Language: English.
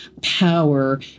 power